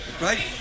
Right